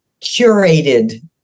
curated